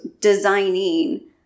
designing